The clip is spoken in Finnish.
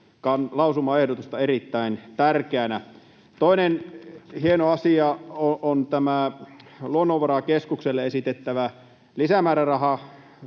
lausumaehdotusta erittäin tärkeänä. Toinen hieno asia on tämä Luonnonvarakeskukselle esitettävä määrärahan